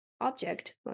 object